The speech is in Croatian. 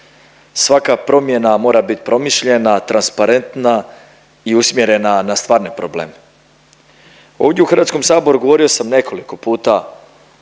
svaka promjena mora bit promišljena, transparentna i usmjerena na stvarne probleme. Ovdje u Hrvatskom saboru govorio sam nekoliko puta